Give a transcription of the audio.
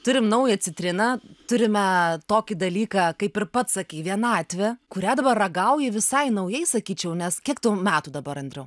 turim naują citriną turime tokį dalyką kaip ir pats sakei vienatvę kurią dabar ragauji visai naujai sakyčiau nes kiek tau metų dabar andriau